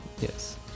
Yes